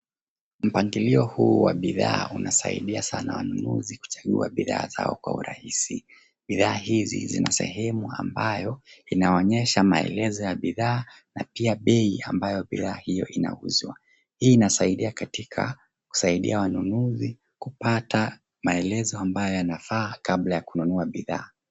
Mpangilio huu wa bidhaa unawasaidia sana wanunuzi kuchagua bidhaa zao kwa urahisi. Bidhaa hizi zina sehemu ambayo inaonyesha maelezo ya bidhaa na pia bei ambayo bidhaa hiyo inauzwa. Hii inasaidia katika kusaidia wanunuzi maelezo yanayofaa kabla ya kununua bidhaa.